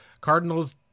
Cardinals